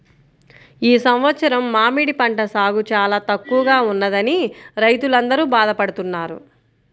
ఈ సంవత్సరం మామిడి పంట సాగు చాలా తక్కువగా ఉన్నదని రైతులందరూ బాధ పడుతున్నారు